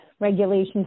regulations